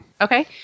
Okay